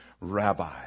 rabbi